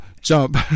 jump